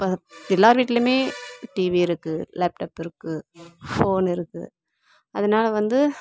ப எல்லார் வீட்டிலமே டிவி இருக்குது லேப்டாப் இருக்குது ஃபோன் இருக்குது அதனால் வந்து